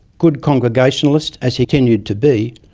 good congregationalist as he continued to be,